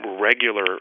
regular